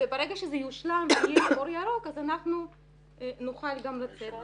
וברגע שזה יושלם ויהיה אור ירוק אז אנחנו נוכל גם לצאת